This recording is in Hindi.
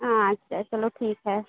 हाँ अच्छा चलो ठीक है